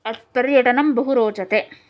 पर्यटनं बहु रोचते